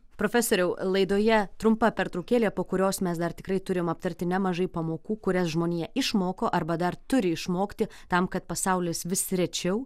profesoriau laidoje trumpa pertraukėlė po kurios mes dar tikrai turim aptarti nemažai pamokų kurias žmonija išmoko arba dar turi išmokti tam kad pasaulis vis rečiau